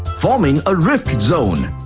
forming a rift zone.